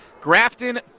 Grafton